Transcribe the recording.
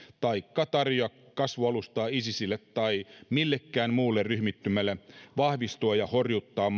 taikka tarjoa kasvualustaa isisille tai millekään muulle ryhmittymälle vahvistua ja horjuttaa